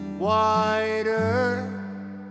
wider